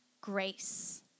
grace